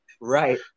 right